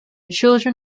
children